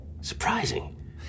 Surprising